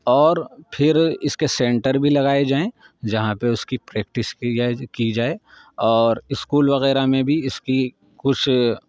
اور پھر اس کے سنٹر بھی لگائے جائیں جہاں پہ اس کی پریکٹس کی جائے اور اسکول وغیرہ میں بھی اس کی کچھ